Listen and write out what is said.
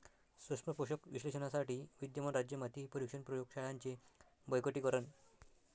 सूक्ष्म पोषक विश्लेषणासाठी विद्यमान राज्य माती परीक्षण प्रयोग शाळांचे बळकटीकरण